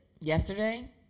Yesterday